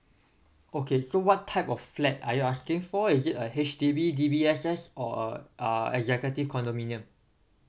okay so what type of flat are you asking for is it a H_D_B D_B_S_S or a uh executive condominium